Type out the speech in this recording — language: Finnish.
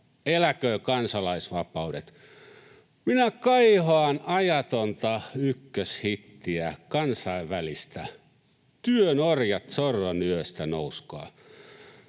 eläköön kansalaisvapaudet! Minä kaihoan ajatonta ykköshittiä, Kansainvälistä: ”Työn orjat, sorron yöstä nouskaa.”